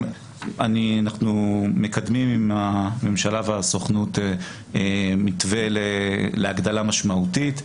אנחנו מקדמים עם הממשלה והסוכנות מתווה להגדלה משמעותית,